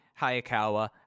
Hayakawa